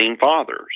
Fathers